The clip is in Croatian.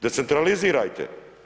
Decentralizirajte.